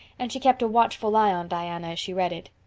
and she kept a watchful eye on diana as she read it.